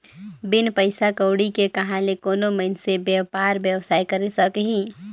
बिन पइसा कउड़ी के कहां ले कोनो मइनसे बयपार बेवसाय करे सकही